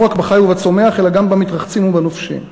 רק בחי ובצומח אלא גם במתרחצים ובנופשים.